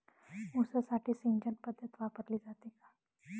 ऊसासाठी सिंचन पद्धत वापरली जाते का?